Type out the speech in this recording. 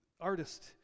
artist